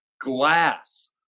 glass